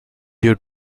due